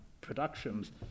productions